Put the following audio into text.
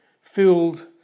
filled